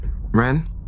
Ren